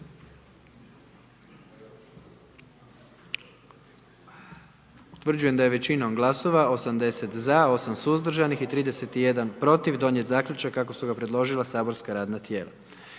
Utvrđujem da je većinom glasova 78 za i 1 suzdržan i 20 protiv donijet zaključak kako ga je predložilo matično saborsko radno tijelo.